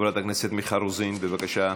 חברת הכנסת מיכל רוזין, בבקשה.